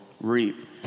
reap